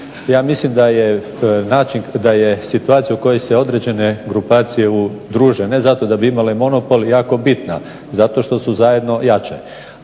Ja mislim da je situacija u kojoj se određene grupacije udruže ne zato da bi imale monopol, jako bitna zato što su zajedno jače.